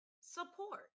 support